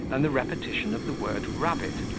than the repetition of the word rabbit,